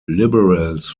liberals